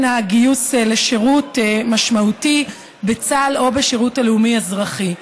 הגיוס לשירות משמעותי בצה"ל או בשירות הלאומי-אזרחי.